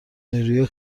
نیروی